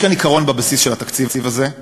יש כאן עיקרון בבסיס של התקציב הזה,